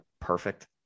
perfect